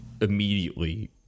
immediately